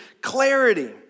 clarity